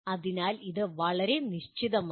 അതിനാൽ ഇത് വളരെ നിശ്ചിതമാണ്